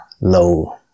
low